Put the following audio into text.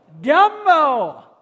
Dumbo